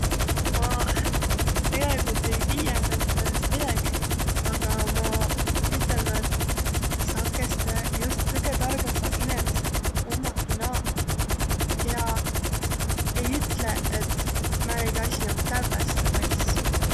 Ma piaaigu et ei tiiäq säändsest as'ast midägi, aga ma ütelnü, et sakeste just kõgõ targembaq inemiseq ummakiq naaq, kiä ei ütleq, et määnegi asi om tävveste võlss.